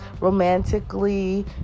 romantically